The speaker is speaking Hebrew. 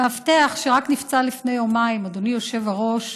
המאבטח שנפצע רק לפני יומיים, אדוני היושב-ראש,